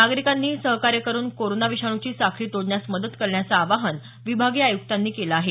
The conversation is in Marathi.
नागरिकांनीही सहकार्य करुन कोरोना विषाणूची साखळी तोडण्यास मदत करण्याचं आवाहन विभागीय आयुक्तांनी केलं आहे